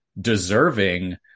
deserving